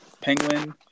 Penguin